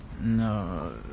No